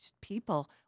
people